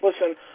listen